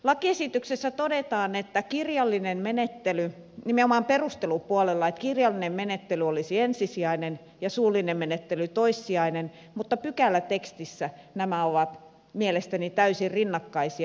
lakiesityksessä todetaan nimenomaan perustelupuolella että kirjallinen menettely olisi ensisijainen ja suullinen menettely toissijainen mutta pykälätekstissä nämä ovat mielestäni täysin rinnakkaisia